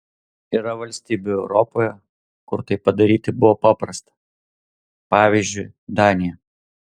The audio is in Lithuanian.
yra valstybių europoje kur tai padaryti buvo paprasta pavyzdžiui danija